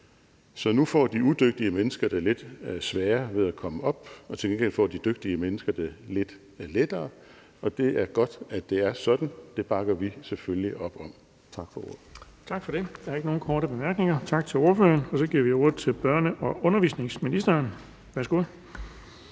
Så nu får de udygtige mennesker lidt sværere ved at komme op, og til gengæld får de dygtige mennesker det lidt lettere. Det er godt, at det er sådan, og det bakker vi selvfølgelig op om. Tak for ordet. Kl. 17:52 Den fg. formand (Erling Bonnesen): Der er ikke nogen korte bemærkninger, så tak til ordføreren. Så giver vi ordet til børne- og undervisningsministeren. Værsgo.